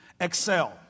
Excel